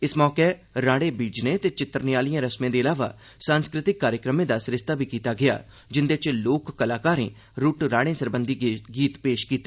इस मौके स्हाड़े बीजने ते चितरने आलिए रस्में दे इलावा सांस्कृतिक कार्यक्रमें दा सरिस्ता बी कीता गेया जिन्दे च लोक कलाकारें रूट्ट राहड़ें सरबंधी गीत बी पेश कीते